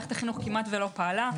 מערכת החינוך כמעט לא פעלה.